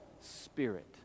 Spirit